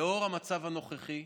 לאור המצב הנוכחי,